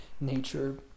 nature